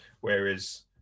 whereas